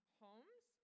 homes